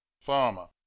farmer